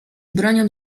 bronią